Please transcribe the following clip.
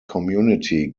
community